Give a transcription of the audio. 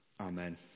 Amen